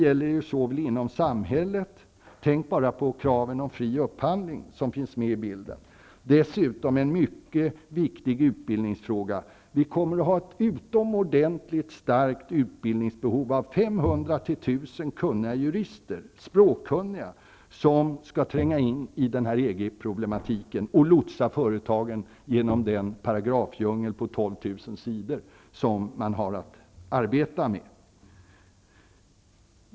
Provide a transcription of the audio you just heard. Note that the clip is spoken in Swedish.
Tänk bara på kravet om fri upphandling, som finns med i bilden! Dessutom kommer vi att ha ett utomordentligt stort behov av kunniga jurister. Vi kommer att behöva 500 à 1 000 språkkunniga jurister som skall tränga in i EG-problematiken och lotsa företagen genom den paragrafdjungel på 12 000 sidor som man har att arbeta med.